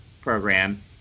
program